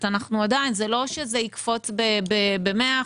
זה לא שזה יקפוץ ב-100%.